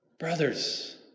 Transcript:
Brothers